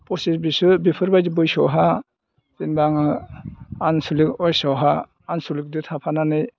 फसिस बैसो बेफोरबायदि बैसोआवहाय जेनेबा आङो आनसलिक वाइसआवहाय आनसलिकदो थाफानानै